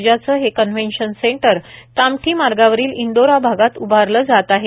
Babasaheb Ambedkar convention centre Kamthi मार्गावरील इंदोरा भागात उभारले जात आहे